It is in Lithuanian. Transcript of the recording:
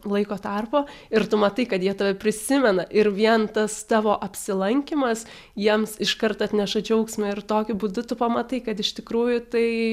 laiko tarpo ir tu matai kad jie tave prisimena ir vien tas tavo apsilankymas jiems iškart atneša džiaugsmą ir tokiu būdu tu pamatai kad iš tikrųjų tai